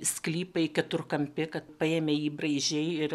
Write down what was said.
sklypai keturkampi kad paėmei įbraižei ir